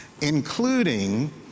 including